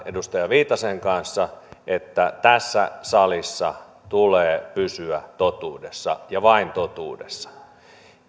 edustaja viitasen kanssa että tässä salissa tulee pysyä totuudessa ja vain totuudessa